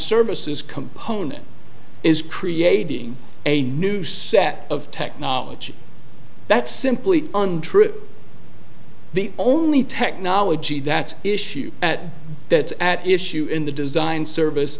services component is creating a new set of technology that's simply untrue the only technology that's issue at that at issue in the design service